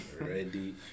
Ready